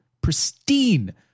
pristine